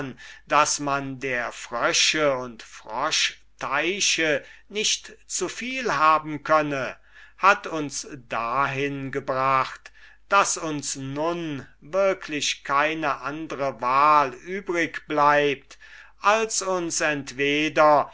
daß man der frösche und froschteiche nicht zuviel haben könne hat uns dahin gebracht daß uns nun wirklich keine andre wahl übrig bleibt als uns entweder